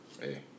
Hey